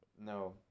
no